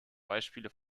beispiele